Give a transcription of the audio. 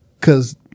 cause